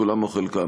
כולם או חלקם.